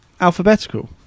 alphabetical